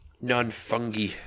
Non-fungi